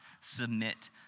submit